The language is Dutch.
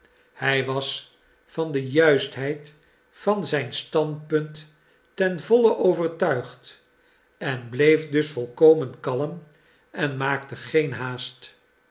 hij was van de juistheid van zijn standpunt ten volle overtuigd en bleef dus volkomen kalm en maakte geen haast